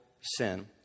sin